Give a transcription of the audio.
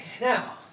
now